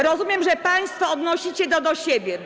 Rozumiem, że państwo odnosicie to do siebie.